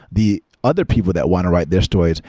the other people that want to write their stories,